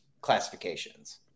classifications